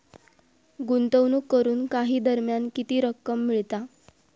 गुंतवणूक करून काही दरम्यान किती रक्कम मिळता?